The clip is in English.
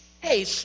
hey